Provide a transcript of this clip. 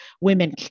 women